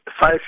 five